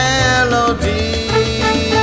melody